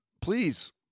please